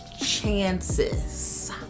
chances